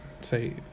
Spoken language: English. say